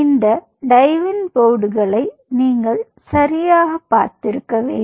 இந்த டைவிங் போர்டுகளை நீங்கள் சரியாகப் பார்த்திருக்க வேண்டும்